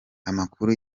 amakuru